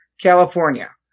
California